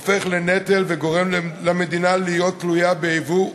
אלה הופכים לנטל וגורמים למדינה להיות תלויה ביבוא,